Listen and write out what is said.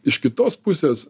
iš kitos pusės